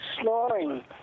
snoring